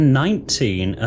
nineteen